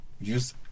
use